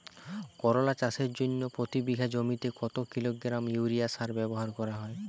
করলা চাষের জন্য প্রতি বিঘা জমিতে কত কিলোগ্রাম ইউরিয়া সার ব্যবহার করা হয়?